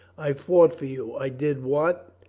i fought for you. i did what,